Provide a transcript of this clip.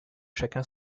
chacun